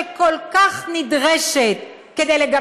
הקואליציה שלכם, ללא